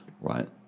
right